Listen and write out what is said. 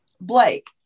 Blake